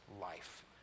life